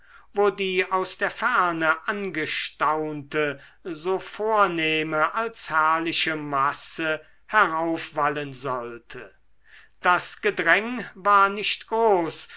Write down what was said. wo die aus der ferne angestaunte so vornehme als herrliche masse heraufwallen sollte das gedräng war nicht groß